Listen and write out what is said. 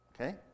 okay